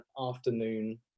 afternoon